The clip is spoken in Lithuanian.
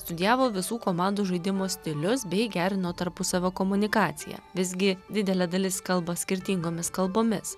studijavo visų komandų žaidimo stilius bei gerino tarpusavio komunikaciją visgi didelė dalis kalba skirtingomis kalbomis